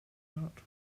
not